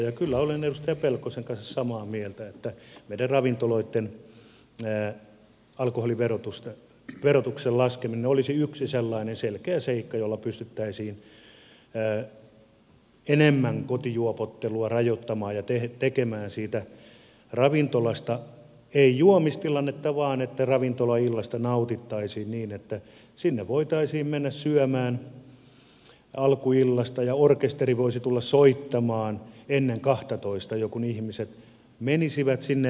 ja kyllä olen edustaja pelkosen kanssa samaa mieltä että meidän ravintoloitten alkoholiverotuksen laskeminen olisi yksi sellainen selkeä seikka jolla pystyttäisiin enemmän kotijuopottelua rajoittamaan ja tekemään siitä ravintolasta ei juomistilannetta vaan sellainen että ravintolaillasta nautittaisiin niin että sinne voitaisiin mennä syömään alkuillasta ja orkesteri voisi tulla soittamaan ennen kahtatoista jo kun ihmiset menisivät sinne